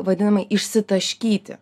vadinamai išsitaškyti